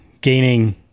gaining